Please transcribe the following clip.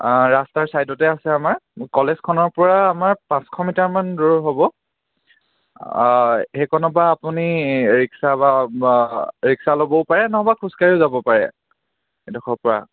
ৰাস্তাৰ ছাইডতে আছে আমাৰ কলেজখনৰ পৰা আমাৰ পাঁচশ মিটাৰমান দূৰ হ'ব সেইকণৰ পৰা আপুনি ৰিক্সা বা ৰিক্সা ল'বও পাৰে নহ'বা খোজকাঢ়িও যাব পাৰে এইডোখৰ পৰা